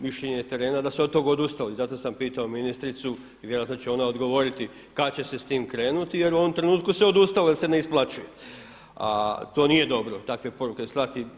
Mišljenje je terena da se od tog odustalo i zato sam pitao ministricu i vjerojatno će ona odgovoriti kad će se s tim krenuti, jer u ovom trenutku se odustalo jer se ne isplaćuje, a to nije dobro takve poruke slati.